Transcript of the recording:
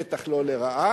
בטח לא לרעה.